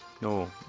no